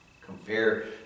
compare